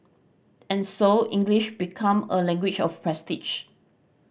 and so English become a language of prestige